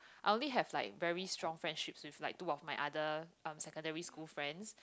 I only have like very strong friendship with two of my other secondary school friends